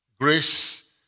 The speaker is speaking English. Grace